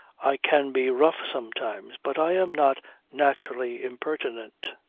i can be rough sometimes but i am not naturally impertinent.